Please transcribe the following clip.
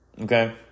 Okay